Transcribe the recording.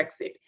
Brexit